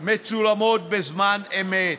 מצולמות בזמן אמת.